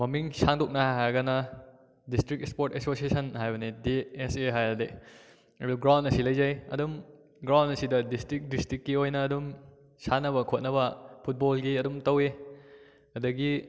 ꯃꯃꯤꯡ ꯁꯥꯡꯗꯣꯛꯅ ꯍꯥꯏꯔꯒꯅ ꯗꯤꯁꯇ꯭ꯔꯤꯛ ꯏꯁꯄꯣꯔꯠ ꯑꯦꯁꯣꯁꯤꯌꯦꯁꯟ ꯍꯥꯏꯕꯅꯤ ꯗꯤ ꯑꯦꯁ ꯑꯦ ꯍꯥꯏꯔꯗꯤ ꯑꯗꯨ ꯒ꯭ꯔꯥꯎꯟ ꯑꯁꯤ ꯂꯩꯖꯩ ꯑꯗꯨꯝ ꯒ꯭ꯔꯥꯎꯟ ꯑꯁꯤꯗ ꯗꯤꯁꯇ꯭ꯔꯤꯛ ꯗꯤꯁꯇ꯭ꯔꯤꯛꯀꯤ ꯑꯣꯏꯅ ꯑꯗꯨꯝ ꯁꯥꯟꯅꯕ ꯈꯣꯠꯅꯕ ꯐꯨꯠꯕꯣꯜꯒꯤ ꯑꯗꯨꯝ ꯇꯧꯋꯤ ꯑꯗꯒꯤ